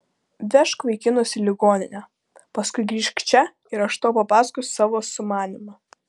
vežk vaikinus į ligoninę paskui grįžk čia ir aš tau papasakosiu savo sumanymą